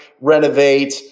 renovate